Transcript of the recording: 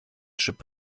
chip